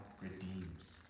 redeems